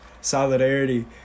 solidarity